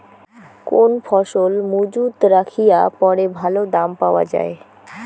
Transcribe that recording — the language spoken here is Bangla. কোন ফসল মুজুত রাখিয়া পরে ভালো দাম পাওয়া যায়?